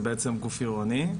זה בעצם גוף עירוני.